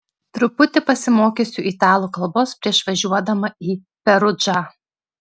truputį pasimokysiu italų kalbos prieš važiuodama į perudžą